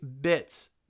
bits